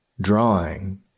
drawing